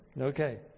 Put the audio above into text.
Okay